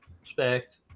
Respect